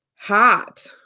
hot